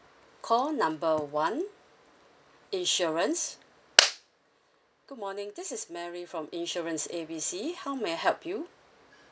call number one insurance good morning this is mary from insurance A B C how may I help you